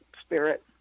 spirit